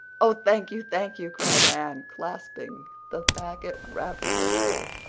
oh, thank you thank you, cried anne, clasping the packet rapturously.